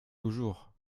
toujours